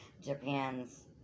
Japan's